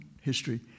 history